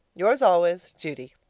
yours always, judy